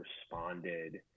responded